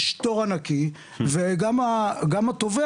יש תור ענקי וגם התובע,